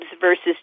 versus